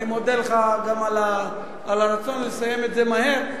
ואני מודה לך גם על הרצון לסיים את זה מהר.